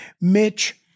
Mitch